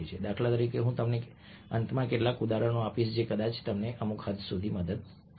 દાખલા તરીકે હું તમને અંતમાં કેટલાક ઉદાહરણો આપીશ અને કદાચ તે અમને અમુક હદ સુધી મદદ કરશે